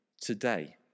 today